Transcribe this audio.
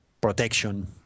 protection